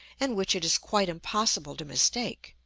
and which it is quite impossible to mistake.